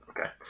Okay